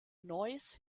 noise